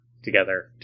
Together